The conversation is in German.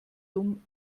dumm